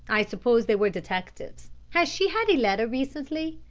i suppose they were detectives. has she had a letter recently?